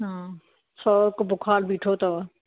हा सौ हिकु बुख़ार बीठो अथव